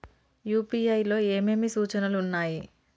UPI లో ఏమేమి సూచనలు ఉన్నాయి?